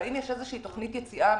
והאם יש איזו שהיא תכנית יציאה אמיתית.